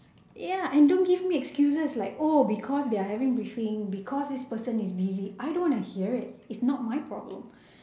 ya and don't give me excuses like oh because their having briefing because this person is busy I don't want to hear it it's not my problem